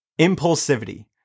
Impulsivity